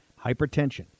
Hypertension